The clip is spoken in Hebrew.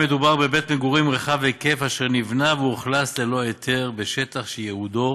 מדובר בבית מגורים רחב היקף אשר נבנה ואוכלס ללא היתר בשטח שייעודו